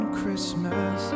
Christmas